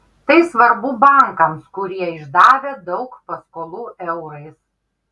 tai svarbu bankams kurie išdavę daug paskolų eurais